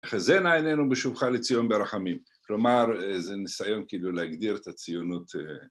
‫חזנה עינינו בשופחה לציון ברחמים. ‫כלומר, זה ניסיון כאילו ‫להגדיר את הציונות.